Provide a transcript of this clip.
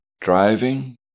driving